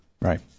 Right